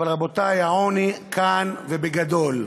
אבל, רבותי, העוני כאן ובגדול.